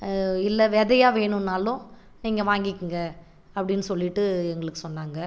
இல்லை விதையா வேணுனாலும் நீங்கள் வாங்கிக்கோங்க அப்படின் சொல்லிகிட்டு எங்களுக்கு சொன்னாங்க